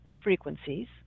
frequencies